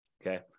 Okay